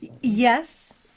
Yes